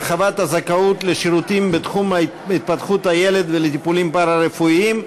הרחבת הזכאות לשירותים בתחום התפתחות הילד ולטיפולים פארה-רפואיים)